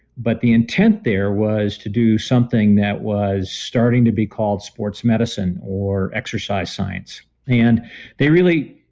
but the intent there was to do something that was starting to be called sports medicine or exercise science and they really,